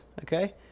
okay